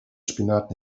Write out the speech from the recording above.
spinat